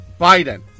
Biden